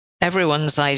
everyone's